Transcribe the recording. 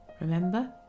remember